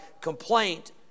complaint